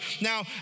Now